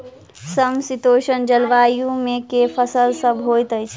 समशीतोष्ण जलवायु मे केँ फसल सब होइत अछि?